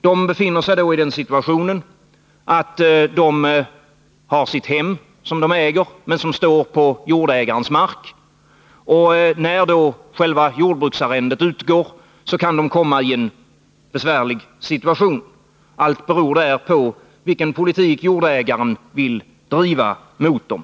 Deras bostadssituation är den att de äger sitt hem, men detta står på jordägarens mark. När själva jordbruksarrendet utgår kan de hamna i besvärlig situation. Allt beror på vilken politik jordägaren driver mot dem.